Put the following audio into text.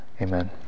Amen